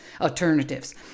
alternatives